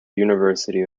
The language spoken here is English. university